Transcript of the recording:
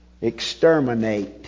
Exterminate